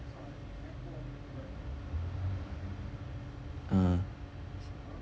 uh